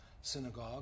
synagogue